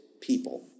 people